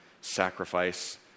sacrifice